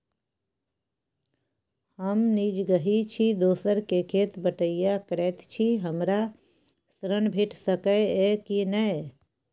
हम निजगही छी, दोसर के खेत बटईया करैत छी, हमरा ऋण भेट सकै ये कि नय?